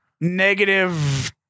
Negative